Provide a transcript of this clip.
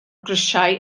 grisiau